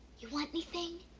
you want anything?